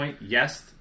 yes